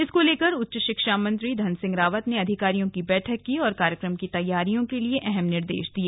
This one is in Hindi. इसको लेकर उच्च शिक्षा मंत्री धन सिंह रावत ने अधिकारियों की बैठक की और कार्यक्रम की तैयारियों के लिए अहम निर्देश दिए